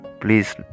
please